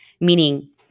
meaning